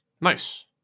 Nice